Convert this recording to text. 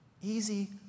Easy